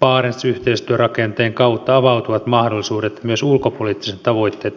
barents yhteistyörakenteen kautta avautuvat mahdollisuudet myös ulkopoliittisten tavoitteitten saavuttamiseksi